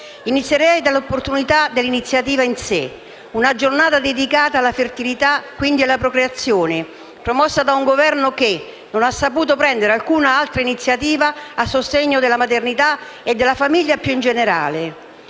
Inizierei dall'opportunità dell'iniziativa in sé: una giornata dedicata alla fertilità, quindi alla procreazione, promossa da un Governo che non ha saputo prendere alcuna altra iniziativa a sostegno della maternità e della famiglia più in generale.